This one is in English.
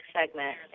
segment